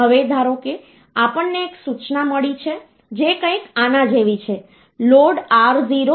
હવે ધારો કે આપણને એક સૂચના મળી છે જે કંઈક આના જેવી છે load R0 1000